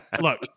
look